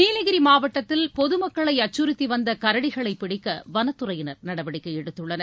நீலகிரி மாவட்டத்தில் பொதுமக்களை அச்சுறுத்தி வந்த கரடிகளைப் பிடிக்க வனத்துறையினர் நடவடிக்கை எடுத்துள்ளனர்